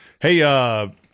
Hey